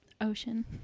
Ocean